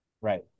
Right